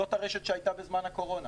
זו הרשת שהייתה בזמן הקורונה.